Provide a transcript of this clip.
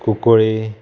कुकळी